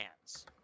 hands